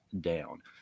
down